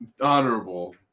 honorable